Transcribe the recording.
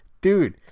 dude